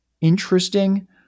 interesting